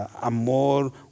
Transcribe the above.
amor